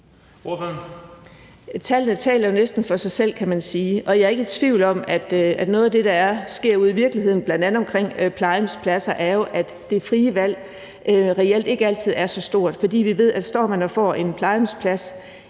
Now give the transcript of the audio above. Tallene taler jo næsten for sig selv, kan man sige, og jeg er ikke i tvivl om, at noget af det, der sker ude i virkeligheden bl.a. i forhold til plejehjemspladser, jo er, at man ser, at det frie valg reelt ikke altid er så stort. For vi ved, at står man og skal have en plejehjemsplads,